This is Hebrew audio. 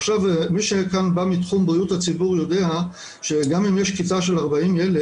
עכשיו מי שכאן בא מתחום בריאות הציבור יודע שגם אם יש כיתה של 40 ילד,